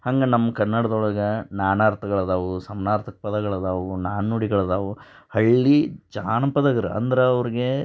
ಹಂಗೆ ನಮ್ಮ ಕನ್ನಡ್ದೊಳಗೆ ನಾನಾ ಅರ್ಥಗಳು ಇದಾವೆ ಸಮ್ನಾರ್ಥಕ ಪದಗಳು ಇದಾವೆ ನಾಣ್ಣುಡಿಗಳು ಇದಾವೆ ಹಳ್ಳಿ ಜಾನಪದಗ್ರು ಅಂದ್ರೆ ಅವ್ರಿಗೆ